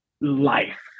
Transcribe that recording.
life